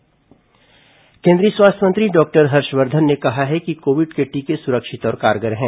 Harshvardhan corona टीका केन्द्रीय स्वास्थ्य मंत्री डॉक्टर हर्षवर्धन ने कहा है कि कोविड के टीके सुरक्षित और कारगर हैं